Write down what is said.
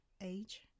age